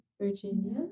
Virginia